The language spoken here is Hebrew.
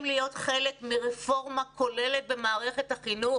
להיות חלק מרפורמה כוללת במערכת החינוך.